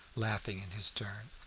laughing in his turn.